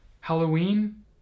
Halloween